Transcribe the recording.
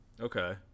Okay